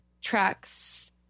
tracks